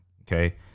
Okay